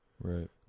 right